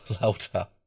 louder